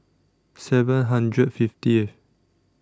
seven hundred fiftieth